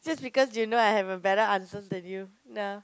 just because you know I have a better answers than you nah